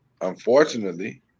unfortunately